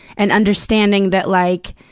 and understanding that, like,